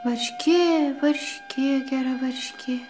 varškė varškė gera varškė